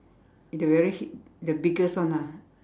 the very hu~ the biggest one ah